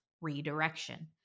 redirection